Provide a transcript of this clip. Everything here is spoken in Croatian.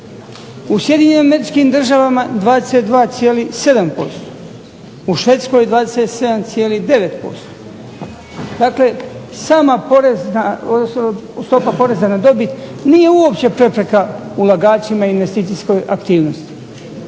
U Sjedinjenim Američkim Državama 22,7%, u Švedskoj 27,9% dakle sama porezna, stopa poreza na dobit nije uopće prepreka ulagačima u investicijskoj aktivnosti.